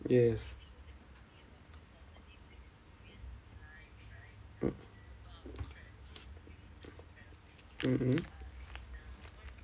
yes mmhmm